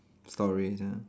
stories ya